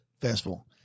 festival